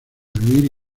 vivir